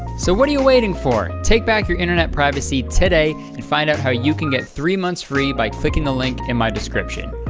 so what are you waiting for? take back your internet privacy today and find out how you can get three months free by clicking the link in my description,